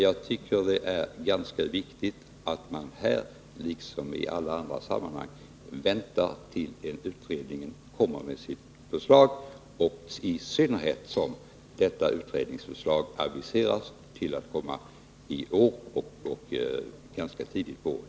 Jag tycker att det är ganska viktigt att man här liksom i andra sammanhang väntar till dess en utredning lägger fram sitt förslag — i synnerhet eftersom detta utredningsförslag aviseras till i år, och ganska tidigt på året.